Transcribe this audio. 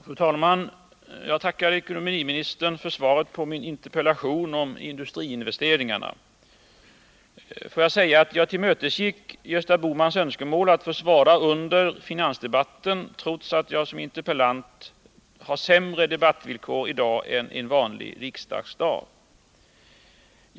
Fru talman! Jag tackar ekonomiministern för svaret på min interpellation om industriinvesteringarna. Jag tillmötesgick Gösta Bohmans önskemål att få svara under finansdebatten, trots att jag som interpellant har sämre debattvillkor i dag än en vanlig riksdagsdag.